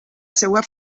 seua